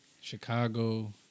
Chicago